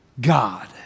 God